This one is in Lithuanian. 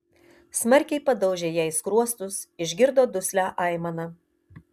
smarkiai padaužė jai skruostus išgirdo duslią aimaną